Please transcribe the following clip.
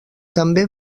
també